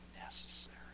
necessary